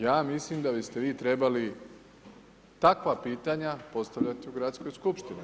Ja mislim da biste vi trebali takva pitanja postavljati u Gradskoj skupštini.